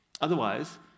Otherwise